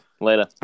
Later